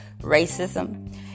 racism